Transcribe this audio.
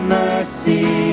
mercy